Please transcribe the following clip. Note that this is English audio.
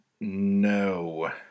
No